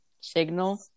Signal